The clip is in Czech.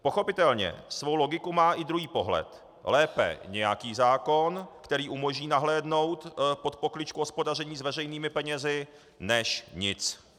Pochopitelně svou logiku má i druhý pohled lépe nějaký zákon, který umožní nahlédnout pod pokličku hospodaření s veřejnými penězi, než nic.